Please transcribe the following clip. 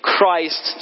Christ